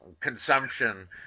consumption